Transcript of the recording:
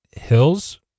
Hills